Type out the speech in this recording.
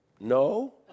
No